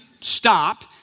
stop